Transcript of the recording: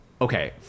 okay